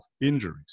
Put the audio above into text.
injuries